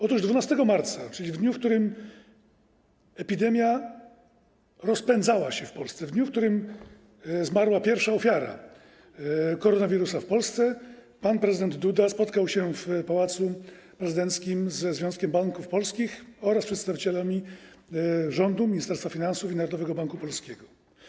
Otóż 12 marca, czyli w dniu, w którym epidemia rozpędzała się w Polsce, w dniu, w którym zmarła pierwsza ofiara koronawirusa w Polsce, pan prezydent Duda spotkał się w Pałacu Prezydenckim ze Związkiem Banków Polskich oraz przedstawicielami rządu, Ministerstwa Finansów i Narodowego Banku Polskiego.